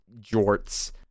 jorts